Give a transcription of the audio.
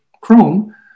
Chrome